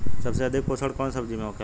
सबसे अधिक पोषण कवन सब्जी में होखेला?